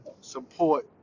support